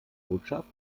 botschaft